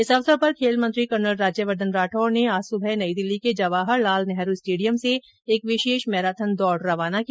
इस अवसर पर खेल मंत्री कर्नल राज्यवर्धन राठौड़ ने आज सुबह नई दिल्ली के जवाहर लाल नेहरू स्टेडियम से एक विशेष मैराथन दौड़ रवाना की